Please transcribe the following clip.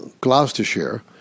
Gloucestershire